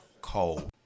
cold